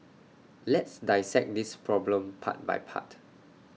let's dissect this problem part by part